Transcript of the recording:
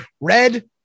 red